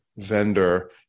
vendor